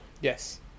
Yes